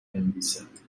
بنویسد